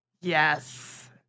Yes